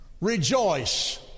rejoice